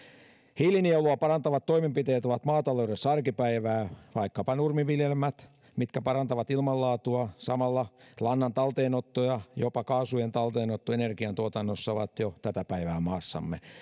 hiilinielua parantavat toimenpiteet ovat maataloudessa arkipäivää vaikkapa nurmiviljelmät mitkä parantavat ilman laatua samalla lannan talteenotto ja jopa kaasujen talteenotto energiantuotannossa ovat jo tätä päivää maassamme